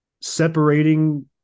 separating